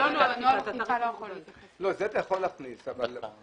נוהל אכיפה לא יכול להתייחס לזה.